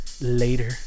Later